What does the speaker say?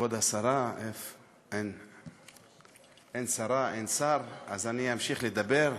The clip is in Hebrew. כבוד השרה אין שרה, אין שר, אז אני אמשיך לדבר.